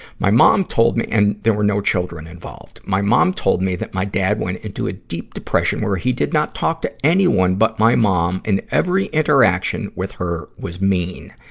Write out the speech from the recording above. my mom told me and there were no children involved. my mom told me that my dad went into a deep depression, where he did not talk to anyone but my mom, and every interaction with her was mean.